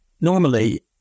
normally